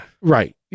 Right